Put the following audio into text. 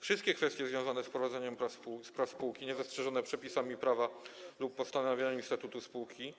Wszystkie kwestie związane z prowadzeniem prac spółki niezastrzeżone przepisami prawa lub postanowieniami statutu spółki